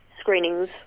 screenings